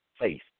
faith